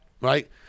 right